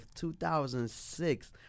2006